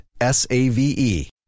S-A-V-E